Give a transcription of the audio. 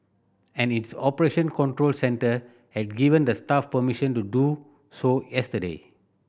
and its operation control centre had given the staff permission to do so yesterday